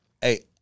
Hey